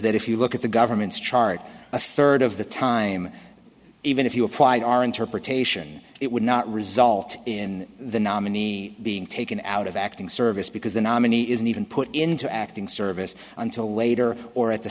that if you look at the government's chart a third of the time even if you applied our interpretation it would not result in the nominee being taken out of acting service because the nominee isn't even put into acting service until later or at the